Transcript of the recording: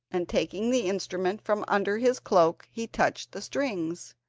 and taking the instrument from under his cloak he touched the strings.